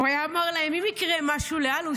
הוא היה אומר להם: אם יקרה משהו לאלוש,